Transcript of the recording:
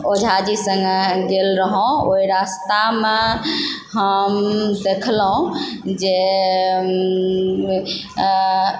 ओझाजी सङ्गे गेल रहुँ ओहि रास्तामे हम देखलहुँ जे